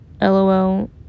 lol